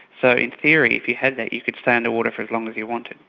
so in theory, if you had that, you could stay underwater for as long as you wanted.